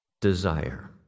desire